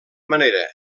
manera